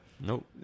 Nope